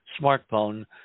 smartphone